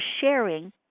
sharing